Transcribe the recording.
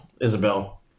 Isabel